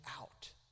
out